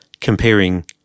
comparing